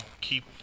keep